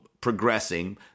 progressing